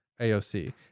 AOC